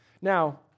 Now